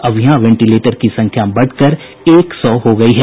अब यहां वेंटिलेटर की संख्या बढ़कर एक सौ हो गयी है